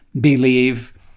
believe